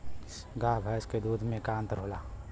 गाय भैंस के दूध में का अन्तर होला?